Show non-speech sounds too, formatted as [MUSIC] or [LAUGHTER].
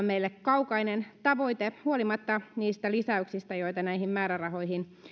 [UNINTELLIGIBLE] meille kaukainen tavoite huolimatta niistä lisäyksistä joita näihin määrärahoihin